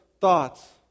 thoughts